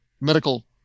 medical